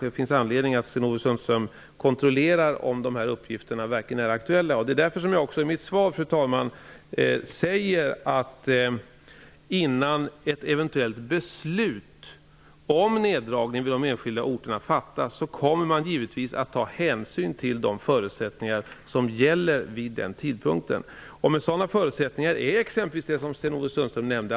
Det finns kanske anledning för Sten-Ove Sundström att kontrollera om hans uppgifter verkligen är aktuella. Fru talman! Jag säger också i mitt svar att man, innan ett eventuellt beslut om neddragning vid de enskilda orterna fattas, givetvis kommer att ta hänsyn till de förutsättningar som gäller vid den tidpunkten. Sådana förutsättningar är t.ex. det som Sten-Ove Sundström nämnde.